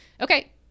okay